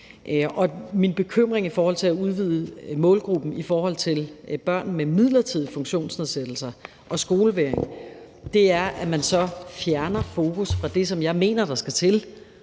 Min bekymring med hensyn til at udvide målgruppen i forhold til børn med midlertidige funktionsnedsættelser og skolevægring er, at man så fjerner fokus fra det, som jeg mener der skal til,